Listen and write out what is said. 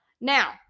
Now